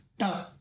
tough